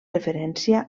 referència